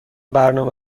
برنامه